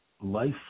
life